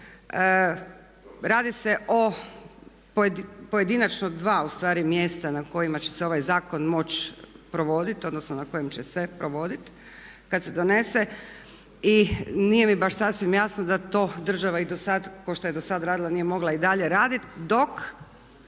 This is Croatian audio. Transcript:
Radi se o pojedinačno dva ustvari mjesta na kojima će se ovaj zakon moći provoditi, odnosno na kojem će se provoditi kada se donese. I nije mi baš sasvim jasno da to država i do sada, kao što je i do sada radila nije mogla i dalje raditi dok